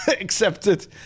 accepted